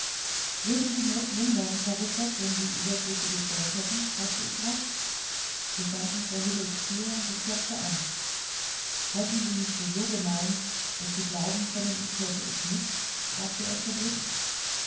würden sie not lindern charousek wenn sie überflüssiges geld hätten fragte ich rasch wir standen vor hillels tür und ich klopfte an halten sie mich für so gemein daß sie glauben können ich täte es nicht fragte er verblüfft